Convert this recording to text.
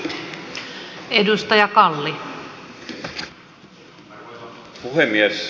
arvoisa puhemies